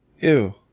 Ew